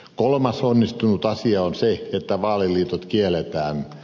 kolmas onnistunut asia on se että vaaliliitot kielletään